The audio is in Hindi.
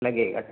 लगेगा